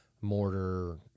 mortar